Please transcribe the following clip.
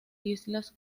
islas